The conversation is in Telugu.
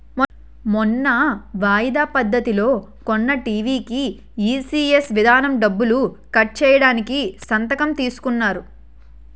మొన్న వాయిదా పద్ధతిలో కొన్న టీ.వి కీ ఈ.సి.ఎస్ విధానం డబ్బులు కట్ చేయడానికి సంతకం తీసుకున్నారు